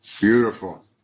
beautiful